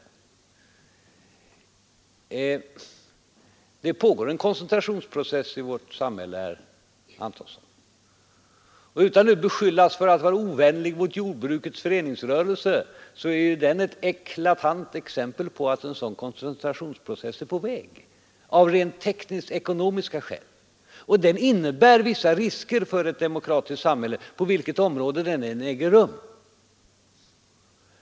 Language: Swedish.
Men det pågår en koncentrationsprocess i 151 vårt samhälle, herr Antonsson, och jordbrukets föreningsrörelse är ett eklatant exempel på att en sådan koncentrationsprocess av rent tekniska-ekonomiska skäl är på väg. Jag hoppas att jag får säga det utan att bli beskylld för att vara ovänlig mot jordbrukets föreningsrörelse. En sådan koncentrationsprocess innebär vissa risker för ett demokratiskt samhälle på vilket område den än äger rum.